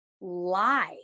lie